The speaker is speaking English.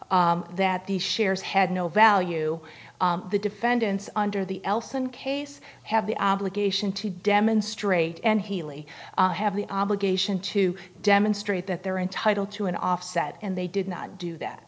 further that these shares had no value the defendants under the elson case have the obligation to demonstrate and healy have the obligation to demonstrate that they're entitled to an offset and they did not do that